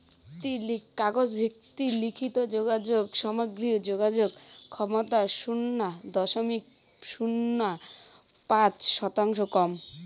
কাগজ ভিত্তিক লিখিত যোগাযোগ সামগ্রিক যোগাযোগ ক্ষমতার শুন্য দশমিক শূন্য পাঁচ শতাংশর কম